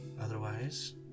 otherwise